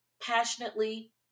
passionately